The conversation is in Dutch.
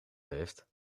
heeft